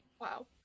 Wow